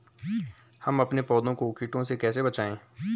हम अपने पौधों को कीटों से कैसे बचाएं?